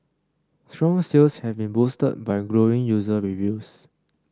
strong sales have been boosted by glowing user reviews